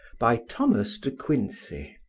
by thomas de quincey